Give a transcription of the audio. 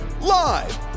live